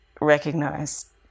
recognize